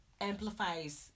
amplifies